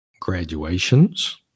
graduations